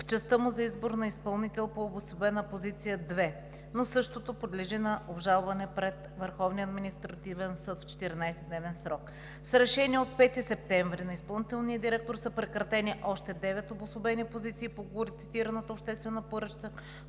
в частта му за избор на изпълнител по Обособена позиция 2, но същото подлежи на обжалване пред Върховния административен съд в 14-дневен срок. С Решение от 5 септември на изпълнителния директор са прекратени още девет обособени позиции по горецитираната обществена поръчка